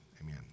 amen